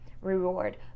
reward